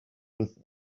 with